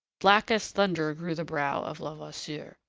black as thunder grew the brow of levasseur.